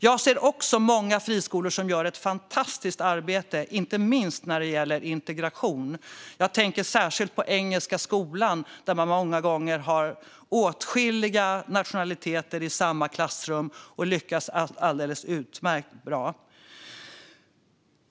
Jag ser också många friskolor som gör ett fantastiskt arbete, inte minst när det gäller integration. Jag tänker särskilt på Internationella Engelska Skolan, där man många gånger har åtskilliga nationaliteter i samma klassrum och lyckas alldeles utmärkt bra.